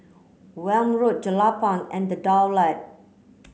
Welm Road Jelapang and The Daulat